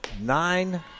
nine